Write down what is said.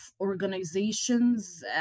organizations